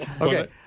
Okay